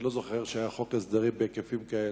אני לא זוכר שהיה חוק הסדרים בהיקפים כאלה.